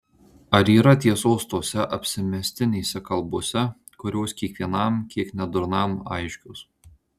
ar yra tiesos tose apsimestinėse kalbose kurios kiekvienam kiek nedurnam aiškios